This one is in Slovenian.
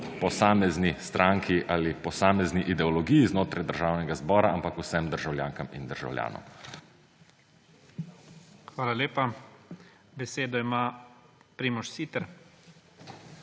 posamezni stranki ali posamezni ideologiji znotraj Državnega zbora, ampak vsem državljankam in državljanom. PREDSEDNIK IGOR ZORČIČ: Hvala lepa. Besedo ima Primož Siter.